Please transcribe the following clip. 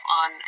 on